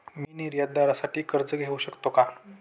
मी निर्यातदारासाठी कर्ज घेऊ शकतो का?